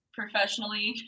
professionally